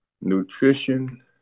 nutrition